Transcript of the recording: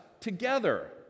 together